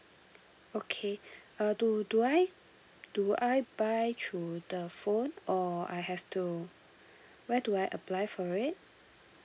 okay uh do do I do I buy through the phone or I have to where do I apply for it